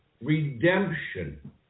redemption